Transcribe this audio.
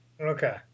Okay